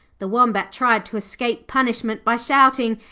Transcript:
the wombat tried to escape punishment by shouting,